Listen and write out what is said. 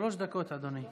שלוש דקות, אדוני.